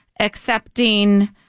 Accepting